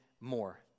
more